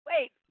wait